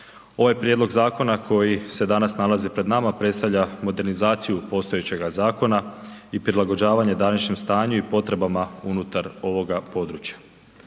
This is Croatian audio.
Ovaj prijedlog zakona koji se danas nalazi pred nama predstavlja modernizaciju postojećega zakona i prilagođavanja današnjem stanju i potrebama unutar ovoga područja.